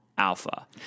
alpha